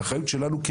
זו אחריות שלנו.